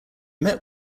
met